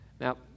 Now